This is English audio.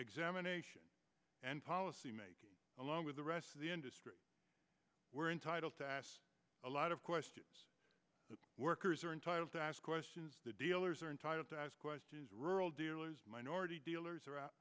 examination and policy making along with the rest of the industry we're entitled to ask a lot of questions the workers are entitled to ask questions the dealers are entitled to ask questions rural dealers minority dealers are out